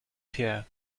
pierre